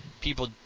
people